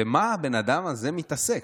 במה הבן אדם הזה מתעסק?